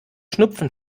schnupfen